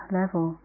level